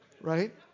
right